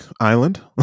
Island